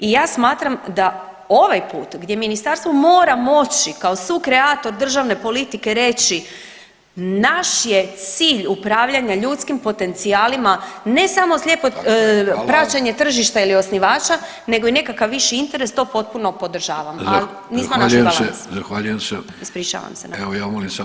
I ja smatram da ovaj put gdje ministarstvo mora moći kao sukreator državne politike reći naš je cilj upravljanja ljudskim potencijalima ne samo slijepo praćenje tržišta ili osnivača nego i nekakav viši interes, to potpuno podržavam, al nismo našli balans.